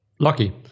Lucky